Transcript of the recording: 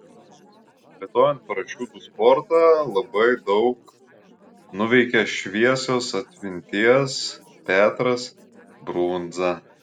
plėtojant parašiutų sportą labai daug nuveikė šviesios atminties petras brundza